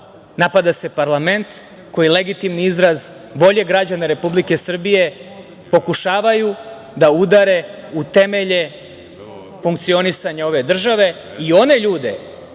napada se parlament, koji je legitimni izraz volje građana Republike Srbije. Pokušavaju da udare u temelje funkcionisanja ove države i one ljude